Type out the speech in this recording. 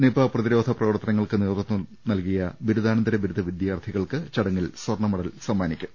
Nipah പ്രതിരോധ പ്രവർത്തനങ്ങൾക്ക് നേതൃത്വം നൽകിയ ബിരുദാനന്തര ബിരുദ വിദ്യാർത്ഥികൾക്ക് ചടങ്ങിൽ സ്വർണമെഡൽ സമ്മാനിക്കും